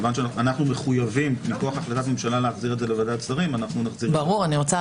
אנחנו נוריד את זה עכשיו מהנוסח.